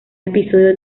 episodio